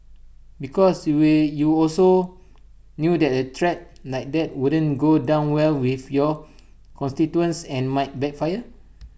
because you you also knew that A threat like that wouldn't go down well with your constituents and might backfire